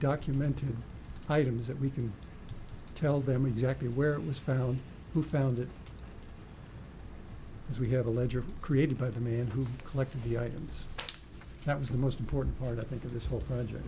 documented items that we can tell them exactly where it was found who found it as we have a ledger created by the man who collected the items that was the most important part i think of this whole project